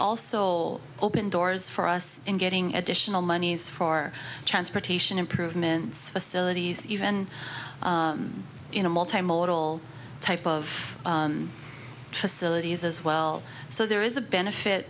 also open doors for us in getting additional monies for transportation improvements facilities even in a multi modal type of facility is as well so there is a benefit